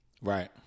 Right